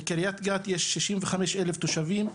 בקריית גת יש 65 אלף תושבים,